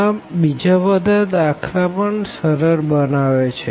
આ બીજા બધા દાખલા પણ સરળ બનાવે છે